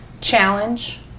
challenge